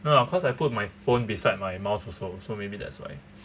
no lah cause I put my phone beside my mouse also so maybe that's why